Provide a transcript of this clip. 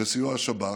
בסיוע השב"כ,